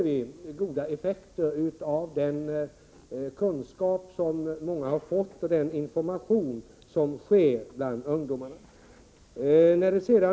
Vi kan se att den kunskap många fått, bl.a. den information som getts till ungdomarna, har haft god effekt.